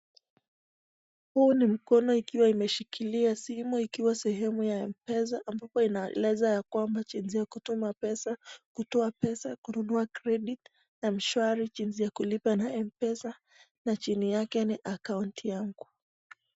Huu ni mkono ikiwa imeshikilia simu ikiwa sehemu ya Mpesa ambapo inaeleza jinsi ya kutuma pesa, kutoa pesa, kununua [credit], Mshwari, jinsi ya kulipa na Mpesa chini yake ni akaunti yangu.